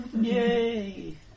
Yay